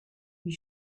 you